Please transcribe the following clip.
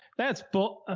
that's bull.